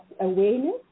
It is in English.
awareness